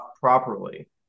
properly